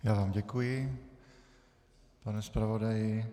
Já vám děkuji, pane zpravodaji.